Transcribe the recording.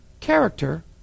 character